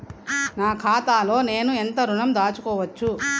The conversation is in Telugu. నా ఖాతాలో నేను ఎంత ఋణం దాచుకోవచ్చు?